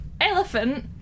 elephant